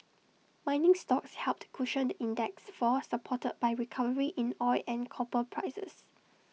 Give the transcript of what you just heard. mining stocks helped cushion the index's fall supported by recovery in oil and copper prices